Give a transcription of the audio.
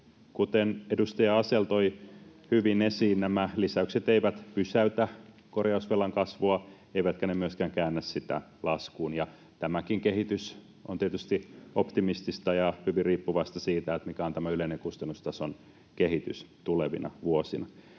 Kuten edustaja Asell toi hyvin esiin, nämä lisäykset eivät pysäytä korjausvelan kasvua eivätkä ne myöskään käännä sitä laskuun, ja tämäkin kehitys on tietysti optimistista ja hyvin riippuvaista siitä, mikä on tämä yleinen kustannustason kehitys tulevina vuosina.